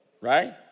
right